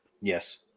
Yes